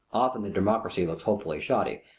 often the democracy looks hopelessly shoddy.